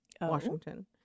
Washington